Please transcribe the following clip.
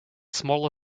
smaller